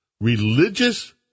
religious